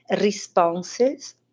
responses